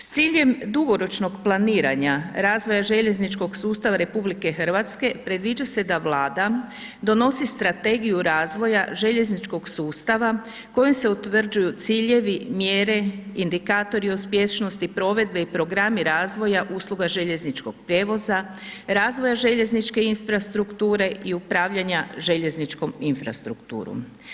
S ciljem dugoročnog planiranja razvoja željezničkog sustav RH, predviđa se da Vlada donosi strategiju razvoja željezničkog sustava, kojim se utvrđuju ciljevi, mjere, indikatori uspješnosti provedbe i programi razvoja usluga željezničkog prijevoza, razvoja željezničke infrastrukture i upravljanja željezničkom infrastrukturom.